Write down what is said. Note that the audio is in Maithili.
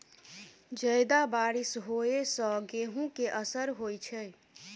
जियादा बारिश होइ सऽ गेंहूँ केँ असर होइ छै?